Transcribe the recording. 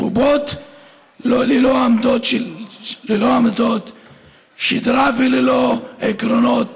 בובות ללא עמוד שדרה וללא עקרונות,